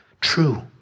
true